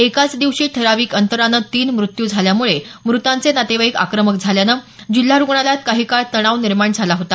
एकाच दिवशी ठराविक अंतरानं तीन मृत्यू झाल्यामुळे मृतांचे नातेवाईक आक्रमक झाल्यानं जिल्हा रुग्णालयात काही काळ तणाव निर्माण झाला होता